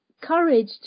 courage